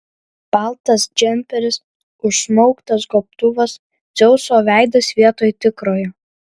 baltas džemperis užsmauktas gobtuvas dzeuso veidas vietoj tikrojo